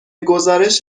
گزارش